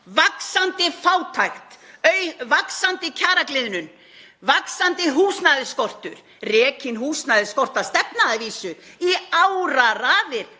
vaxandi fátækt, vaxandi kjaragliðnun og vaxandi húsnæðisskortur — rekin húsnæðisskortsstefna að vísu í áraraðir